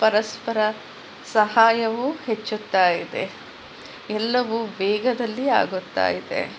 ಪರಸ್ಪರ ಸಹಾಯವೂ ಹೆಚ್ಚುತ್ತಾ ಇದೆ ಎಲ್ಲವೂ ವೇಗದಲ್ಲಿ ಆಗುತ್ತಾ ಇದೆ